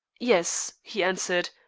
yes, he answered,